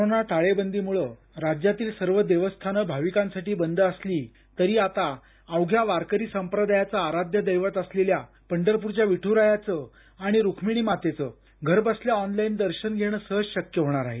corona टाळेबंदीमुळं राज्यातील सर्व देवस्थान भाविकांसाठी बंद असली तरी आता अवघ्या वारकरी सांप्रदायाचं आराध्य दैवत असलेल्या पंढरपूरच्या विठ्रायाचं आणि रुक्मिणी मातेचं घरबसल्या ऑनलाईन दर्शन घेणं सहज शक्य होणार आहे